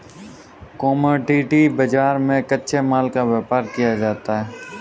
commodity बाजार में कच्चे माल का व्यापार किया जाता है